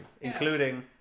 including